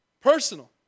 Personal